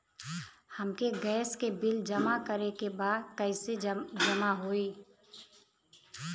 हमके गैस के बिल जमा करे के बा कैसे जमा होई?